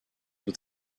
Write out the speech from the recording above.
with